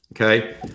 Okay